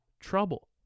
trouble